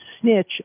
snitch